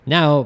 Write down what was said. Now